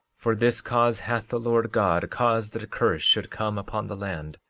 for this cause hath the lord god caused that a curse should come upon the land,